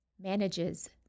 manages